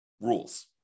rules